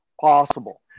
possible